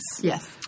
Yes